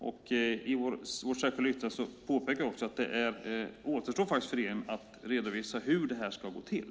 I vårt särskilda yttrande påpekar vi att det återstår för regeringen att redovisa hur detta ska gå till.